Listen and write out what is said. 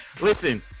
Listen